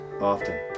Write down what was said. often